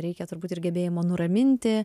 reikia turbūt ir gebėjimo nuraminti